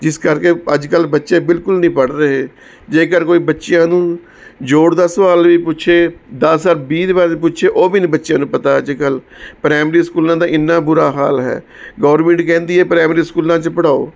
ਜਿਸ ਕਰਕੇ ਅੱਜ ਕੱਲ੍ਹ ਬੱਚੇ ਬਿਲਕੁਲ ਨਹੀਂ ਪੜ੍ਹ ਰਹੇ ਜੇਕਰ ਕੋਈ ਬੱਚਿਆਂ ਨੂੰ ਜੋੜ ਦਾ ਸਵਾਲ ਵੀ ਪੁੱਛੇ ਦਸ ਵੀਹ ਦੇ ਬਾਰੇ ਪੁੱਛੇ ਉਹ ਵੀ ਨਹੀਂ ਬੱਚਿਆਂ ਨੂੰ ਪਤਾ ਜੇ ਗੱਲ ਪ੍ਰਾਈਮਰੀ ਸਕੂਲਾਂ ਦਾ ਇੰਨਾਂ ਬੁਰਾ ਹਾਲ ਹੈ ਗੌਰਮੈਂਟ ਕਹਿੰਦੀ ਹੈ ਪ੍ਰਾਈਮਰੀ ਸਕੂਲਾਂ 'ਚ ਪੜਾਓ